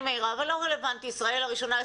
מעירה אבל לא רלוונטי ישראל הראשונה.